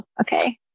okay